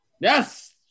Yes